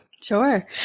Sure